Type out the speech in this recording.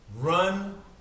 run